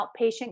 outpatient